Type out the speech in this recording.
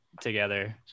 together